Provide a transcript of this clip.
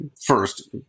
first